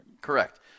Correct